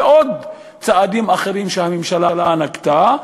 ועוד צעדים אחרים שהממשלה נקטה,